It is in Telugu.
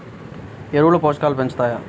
ఎరువులు పోషకాలను పెంచుతాయా?